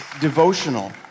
devotional